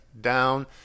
down